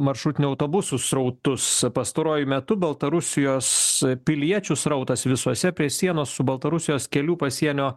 maršrutinių autobusų srautus pastaruoju metu baltarusijos piliečių srautas visuose prie sienos su baltarusijos kelių pasienio